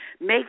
Make